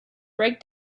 break